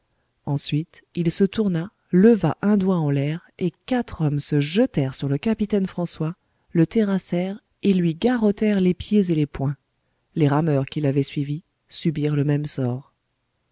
ensuite il se tourna leva un doigt en l'air et quatre hommes se jetèrent sur le capitaine françois le terrassèrent et lui garottèrent les pieds et les poings les rameurs qui l'avaient suivi subirent le même sort